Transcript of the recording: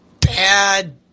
bad